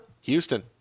Houston